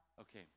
okay